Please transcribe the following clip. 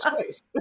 choice